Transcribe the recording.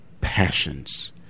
passions